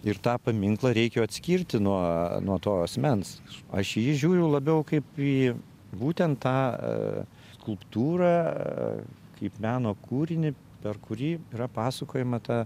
ir tą paminklą reikia atskirti nuo nuo to asmens aš į jį žiūriu labiau kaip į būtent tą skulptūrą kaip meno kūrinį per kurį yra pasakojama ta